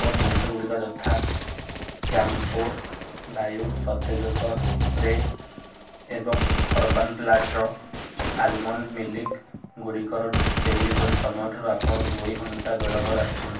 ମୋ ଜିନିଷଗୁଡ଼ିକ ଯଥା କ୍ୟାମ୍ପ୍ୟୋର୍ ବାୟୁ ସତେଜକ ସ୍ପ୍ରେ ଏବଂ ଅରବାନ୍ ପ୍ଲାଟର ଆଲମଣ୍ଡ୍ ମିଲ୍କ୍ଗୁଡ଼ିକର ଡେଲିଭରି ସମୟଠାରୁ ଆପଣ ଦୁଇ ଘଣ୍ଟା ବିଳମ୍ବରେ ଆସିଛନ୍ତି